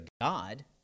God